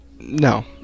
No